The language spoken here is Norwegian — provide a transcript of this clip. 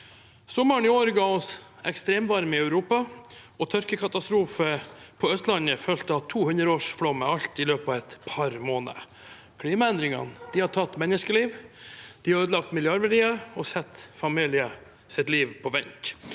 Sommeren i år ga oss ekstremvarme i Europa og tørkekatastrofe på Østlandet fulgt av to hundreårsflommer – alt i løpet av et par måneder. Klimaendringene har tatt menneskeliv, de har ødelagt milliardverdier og satt familiers liv på vent.